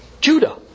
Judah